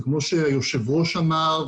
וכמו שהיושב ראש אמר,